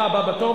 אתה הבא בתור,